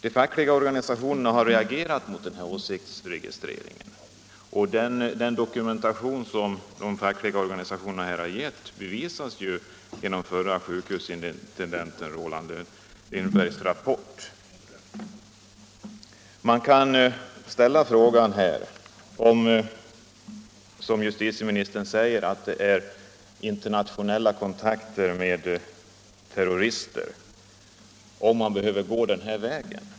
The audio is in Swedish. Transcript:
De fackliga organisationerna har reagerat mot denna åsiktsregistering. Den dokumentation som de fackliga organisationerna här har lämnat bevisas genom förre sjukhusintendenten Roland Lindbergs rapport. Justitieministern säger att det här gäller internationella kontakter med terrorister. Man kan då fråga sig om polisen i så fall behöver gå den här vägen.